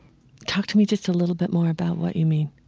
talk to me just a little bit more about what you mean